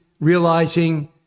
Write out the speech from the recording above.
realizing